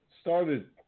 started